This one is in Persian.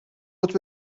قطب